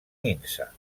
minsa